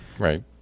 Right